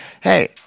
Hey